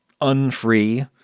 unfree